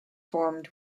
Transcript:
formed